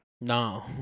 No